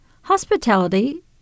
Hospitality